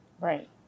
right